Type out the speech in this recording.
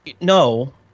no